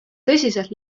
tõsiselt